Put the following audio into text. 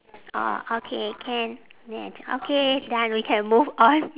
ah okay can then I j~ okay done we can move on